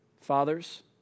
Fathers